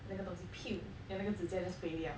那个东西 pew then 那个指甲 just 飞掉